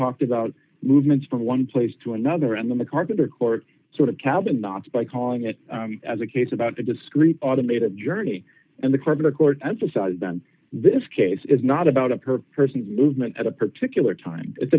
talked about movements from one place to another and then the carpenter court sort of cabin not by calling it as a case about a discrete automated journey and the criminal court emphasized then this case is not about a per person movement at a particular time it's